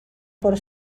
por